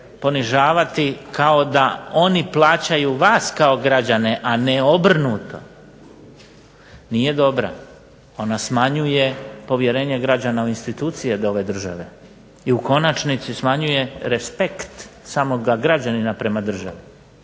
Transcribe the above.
ponižavati kao da oni plaćaju vas kao građane, a ne obrnuto, nije dobra. Ona smanjuje povjerenje građana u institucije ove države i u konačnici smanjuje respekt samoga građanina prema državi.